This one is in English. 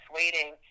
waiting